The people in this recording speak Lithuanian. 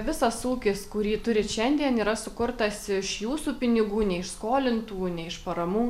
visas ūkis kurį turit šiandien yra sukurtas iš jūsų pinigų ne iš skolintų ne iš paramų